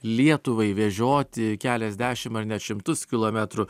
lietuvai vežioti keliasdešim ar net šimtus kilometrų